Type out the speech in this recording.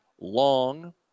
Long